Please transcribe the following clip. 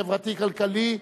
החברתי והכלכלי,